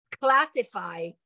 classify